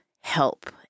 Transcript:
help